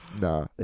Nah